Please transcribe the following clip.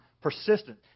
persistent